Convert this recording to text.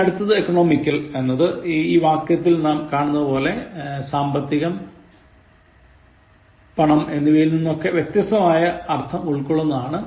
ഇനി അടുത്തത് economical എന്നത് ഈ വാക്യത്തിൽ നാം കാണുന്നതു പോലെ സാമ്പത്തികം പണം എന്നിവയിൽ നിന്നൊക്കെ വ്യത്യസ്തമായ അർഥം ഉള്ളതാണ്